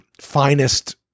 finest